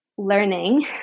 learning